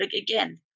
again